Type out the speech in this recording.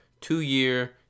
two-year